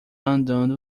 andando